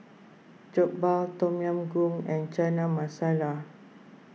Jokbal Tom Yam Goong and Chana Masala